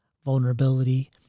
vulnerability